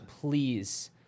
Please